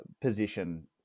position